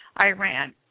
Iran